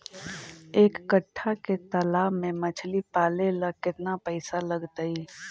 एक कट्ठा के तालाब में मछली पाले ल केतना पैसा लगतै?